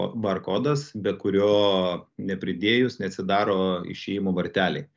barkodas be kurio nepridėjus neatsidaro išėjimo varteliai